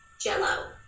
Jello